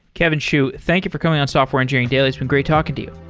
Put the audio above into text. kevin xu, thank you for coming on software engineering daily. it's been great talking to you.